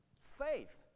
Faith